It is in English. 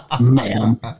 ma'am